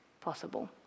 possible